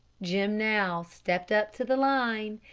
jim now stepped up to the line,